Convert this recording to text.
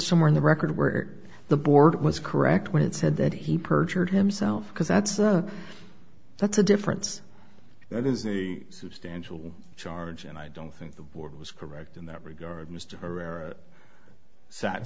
somewhere in the record where the board was correct when it said that he perjured himself because that's a that's a difference that is a substantial charge and i don't think the board was correct in that regard mr herrera sat